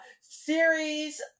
series